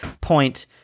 point